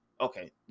okay